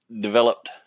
developed